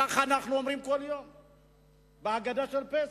כך אנחנו אומרים בהגדה של פסח,